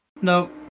No